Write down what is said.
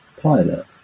pilot